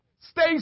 stay